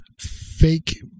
fake